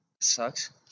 Sucks